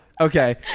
Okay